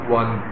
one